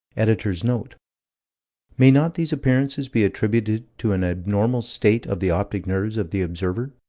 editor's note may not these appearances be attributed to an abnormal state of the optic nerves of the observer?